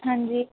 ਹਾਂਜੀ